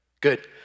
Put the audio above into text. Good